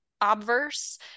obverse